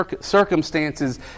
circumstances